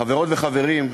חברות וחברים,